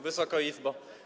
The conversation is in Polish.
Wysoka Izbo!